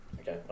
okay